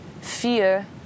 fear